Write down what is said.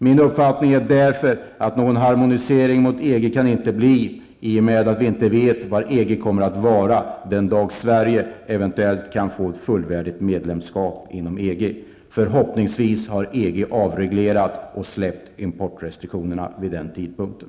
Min uppfattning är därför att det inte kan bli någon harmonisering till EG i och med att vi inte vet vad EG kommer att vara den dag Sverige eventuellt kan få ett fullvärdigt medlemskap. Förhoppningsvis har EG avreglerat och släppt importrestriktionerna vid den tidpunkten.